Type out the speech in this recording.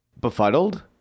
befuddled